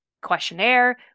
questionnaire